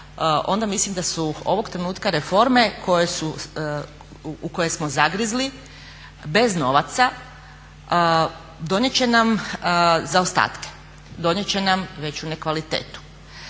onda mislim da su ovog trenutka reforme u koje smo zagrizli bez novaca donijet će nam zaostatke, donijet će nam veću ne kvalitetu.